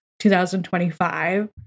2025